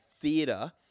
theatre